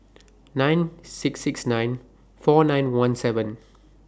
nine six six nine four nine one seven